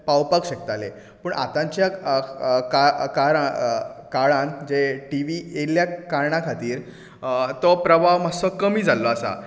पावोवपाक शकताले पूण आतांच्या कार काळा काळान जे टी वी आयल्या कारणा खातीर तो प्रभाव मातसो कमी जाल्लो आसा